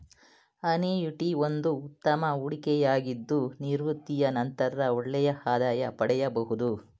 annuity ಒಂದು ಉತ್ತಮ ಹೂಡಿಕೆಯಾಗಿದ್ದು ನಿವೃತ್ತಿಯ ನಂತರ ಒಳ್ಳೆಯ ಆದಾಯ ಪಡೆಯಬಹುದು